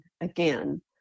again